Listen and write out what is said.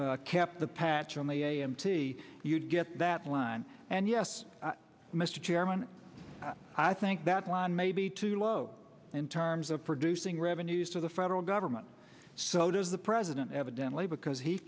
we kept the patch on the a m t you'd get that line and yes mr chairman i think that one may be too low in terms of producing revenues to the federal government so does the president evidently because he